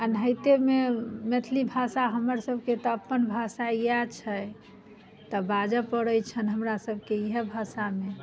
एनाहितेमे मैथिली भाषा हमर सभकेँ तऽ अपन भाषा इएह छै तऽ बाजऽ पड़ैत छनि हमरा सभकेँ इएह भाषामे